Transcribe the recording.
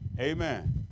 Amen